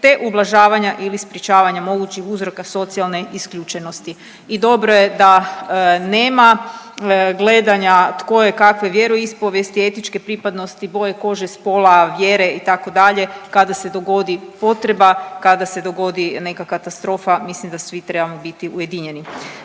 te ublažavanja ili sprečavanja mogućih uzroka socijalne isključenosti. I dobro je da nema gledanja tko je kakve vjeroispovijesti, etičke pripadnosti, boje kože, spola, vjere itd. kada se dogodi potreba, kada se dogodi neka katastrofa mislim da svi trebamo biti ujedinjeni.